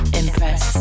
impress